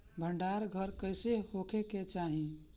भंडार घर कईसे होखे के चाही?